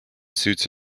suits